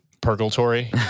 purgatory